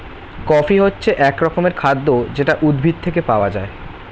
coffee হচ্ছে এক রকমের খাদ্য যেটা উদ্ভিদ থেকে পাওয়া যায়